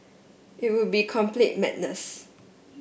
it would be complete madness